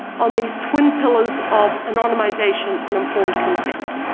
on these twin pillars of anonymization and informed consent.